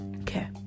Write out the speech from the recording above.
Okay